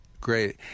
Great